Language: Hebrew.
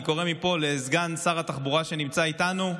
אני קורא מפה לסגן שרת התחבורה, שנמצא איתנו,